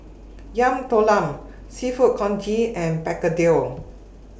Yam Talam Seafood Congee and Begedil